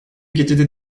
gecede